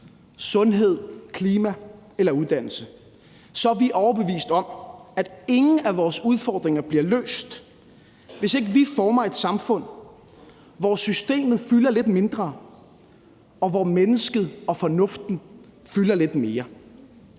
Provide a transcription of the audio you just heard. sundhed, klima eller uddannelse, er vi overbevist om, at ingen af vores udfordringer bliver løst, hvis ikke vi former et samfund, hvor systemet fylder lidt mindre, og hvor mennesket og fornuften fylder lidt mere.